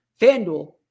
FanDuel